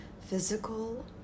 physical